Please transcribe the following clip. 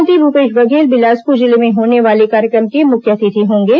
मुख्यमंत्री भूपेश बधेल बिलासपुर जिले में होने वाले कार्यक्रम के मुख्य अतिथि होंगे